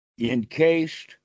encased